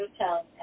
hotel